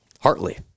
Hartley